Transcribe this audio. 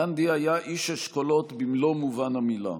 גנדי היה איש אשכולות במלוא מובן המילה.